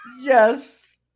yes